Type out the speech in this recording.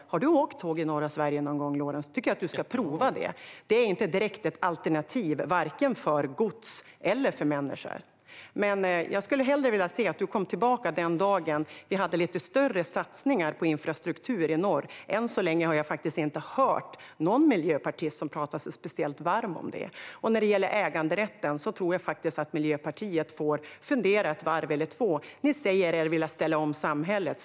Har du åkt tåg i norra Sverige någon gång, Lorentz? Jag tycker att du ska prova det. Det är inte direkt ett alternativ för vare sig gods eller människor. Jag skulle hellre se att du kom tillbaka den dagen ni har lite större satsningar på infrastruktur i norr. Än så länge har jag faktiskt inte hört någon miljöpartist tala sig speciellt varm för det. När det gäller äganderätten tror jag faktiskt att Miljöpartiet får fundera ett varv eller två. Ni säger er vilja ställa om samhället.